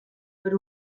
per